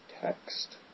Text